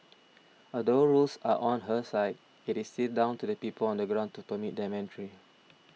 although rules are on her side it is still down to the people on the ground to permit them entry